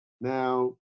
Now